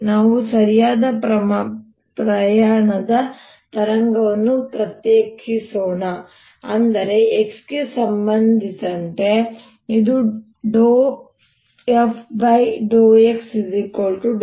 ನಾವು ಸರಿಯಾದ ಪ್ರಯಾಣದ ತರಂಗವನ್ನು ಪ್ರತ್ಯೇಕಿಸೋಣ ಅಂದರೆ x ಗೆ ಸಂಬಂಧಿಸಿದಂತೆ ಇದು ∂f∂x∂f∂u